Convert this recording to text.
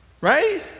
right